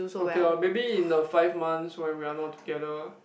okay loh maybe in the five months when we are not together